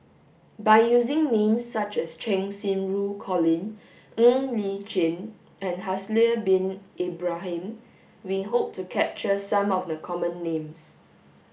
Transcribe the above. by using names such as Cheng Xinru Colin Ng Li Chin and Haslir bin Ibrahim we hope to capture some of the common names